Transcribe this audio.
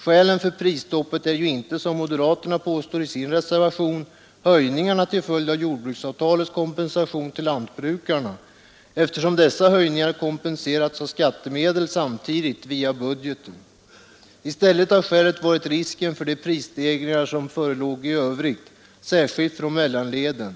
Skälen för prisstoppet är ju inte, såsom moderaterna påstår i sin reservation, höjningarna till följd av jordbruksavtalets kompensation till lantbrukarna, eftersom dessa höjningar samtidigt kompenserats av skattemedel via budgeten. I stället har skälet varit risken för de prisstegringar som förelåg i övrigt, särskilt från mellanleden.